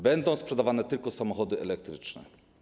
Będą sprzedawane tylko samochody elektryczne.